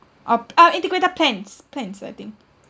op~ uh integrated plans plans I think